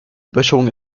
böschung